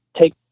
take